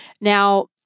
Now